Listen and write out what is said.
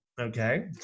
okay